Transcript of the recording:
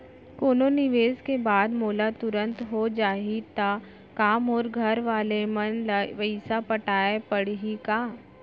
कोनो निवेश के बाद मोला तुरंत हो जाही ता का मोर घरवाले मन ला पइसा पटाय पड़ही का?